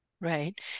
Right